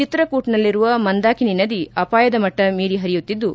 ಚಿತ್ರಕೂಟ್ನಲ್ಲಿರುವ ಮಂದಾಕಿನಿ ನದಿ ಅಪಾಯದ ಮಟ್ಟ ಮೀರಿ ಹರಿಯುತ್ತಿದ್ದು